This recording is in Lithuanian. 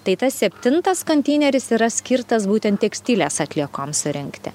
tai tas septintas konteineris yra skirtas būtent tekstilės atliekoms surinkti